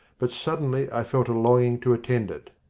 but suddenly i felt a longing to attend it.